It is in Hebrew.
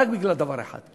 רק בגלל דבר אחד: